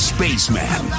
Spaceman